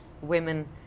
women